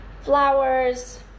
flowers